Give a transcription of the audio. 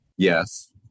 Yes